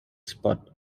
spot